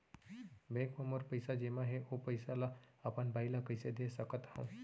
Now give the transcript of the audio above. Bank म मोर पइसा जेमा हे, ओ पइसा ला अपन बाई ला कइसे दे सकत हव?